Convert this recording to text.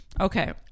okay